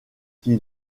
qui